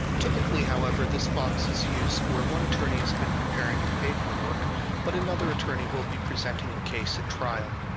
typically, however, this box is used where one attorney has been preparing the paperwork but another attorney will be presenting the case at trial.